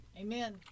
Amen